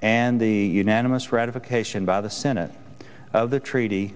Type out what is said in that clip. and the unanimous ratification by the senate of the treaty